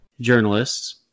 journalists